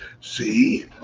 See